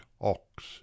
ox